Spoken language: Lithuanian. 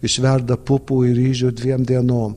išverda pupų ir ryžių dviem dienom